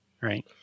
Right